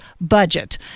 budget